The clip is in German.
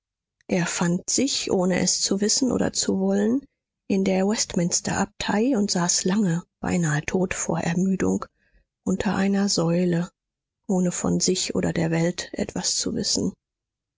er fand sich ohne es zu wissen oder zu wollen in der westminsterabtei und saß lange beinahe tot vor ermüdung unter einer säule ohne von sich oder der welt etwas zu wissen